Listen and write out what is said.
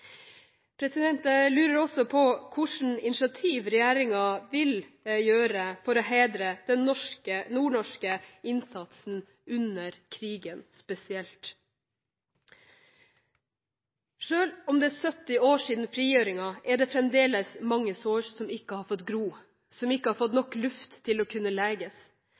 Jeg lurer også på hvilket initiativ regjeringen vil gjøre for å hedre den nordnorske innsatsen under krigen spesielt. Selv om det er 70 år siden frigjøringen, er det fremdeles mange sår som ikke har fått gro, som ikke har fått nok luft til å kunne